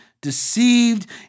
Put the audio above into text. deceived